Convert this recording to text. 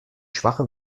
schwache